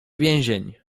więzień